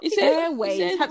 Airways